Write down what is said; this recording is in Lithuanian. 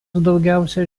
daugiausia